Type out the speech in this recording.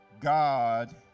God